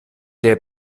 der